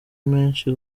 menshi